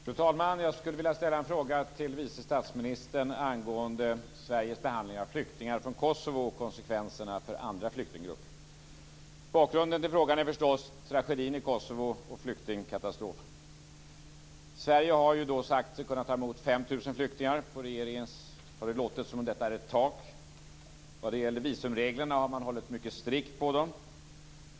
Fru talman! Jag skulle vilja ställa en fråga till vice statsministern angående Sveriges behandling av flyktingar från Kosovo och konsekvenserna för andra flyktinggrupper. Bakgrunden till frågan är förstås tragedin i Kosovo och flyktingkatastrofen. Sverige har sagt sig kunna ta emot 5 000 flyktingar, och på regeringen har det låtit som om detta är ett tak. Vad gäller visumreglerna har man hållit mycket strikt på dem.